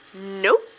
Nope